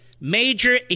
Major